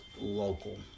local